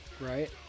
right